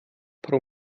pro